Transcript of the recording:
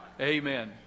Amen